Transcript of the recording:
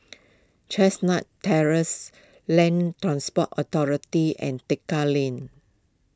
Chestnut Terrace Land Transport Authority and Tekka Lane